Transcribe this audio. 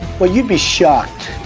well you'd be shocked,